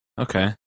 Okay